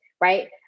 right